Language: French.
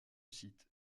site